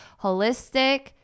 Holistic